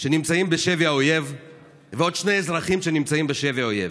שנמצאים בשבי האויב ועוד שני אזרחים שנמצאים בשבי האויב.